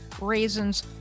raisins